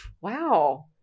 wow